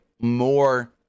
more